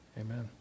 Amen